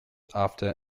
after